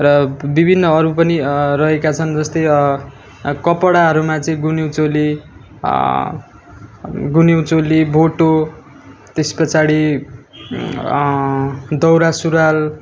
र विभिन्न अरू पनि रहेका छन् जस्तै कपडाहरूमा चाहिँ गुन्यु चोली गुन्यु चोली भोटो त्यस पछाडि दौरा सुरुवाल